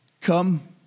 come